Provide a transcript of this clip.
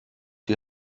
die